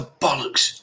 bollocks